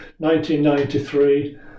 1993